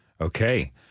Okay